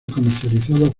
comercializados